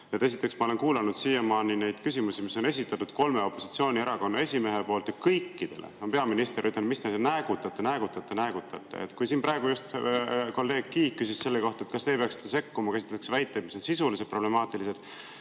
Esiteks, ma olen kuulanud siiamaani neid küsimusi, mis on esitatud kolme opositsioonierakonna esimehe poolt. Kõikidele neile on peaminister ütelnud, et mis te näägutate, näägutate, näägutate. Siin praegu just kolleeg Kiik küsis selle kohta, kas teie peaksite sekkuma, kui esitatakse väiteid, mis on sisuliselt problemaatilised.